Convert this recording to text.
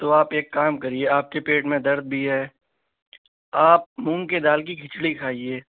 تو آپ ایک کام کریے آپ کے پیٹ میں درد بھی ہے آپ مونگ کی دال کی کھچڑی کھائیے